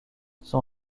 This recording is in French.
son